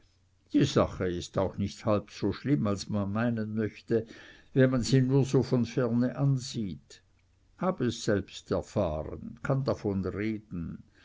die sache ist auch nicht halb so schlimm als man meinen möchte wenn man sie nur so von ferne ansieht hab es selbst erfahren kann davon reden